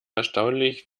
erstaunlich